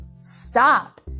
Stop